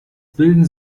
bilden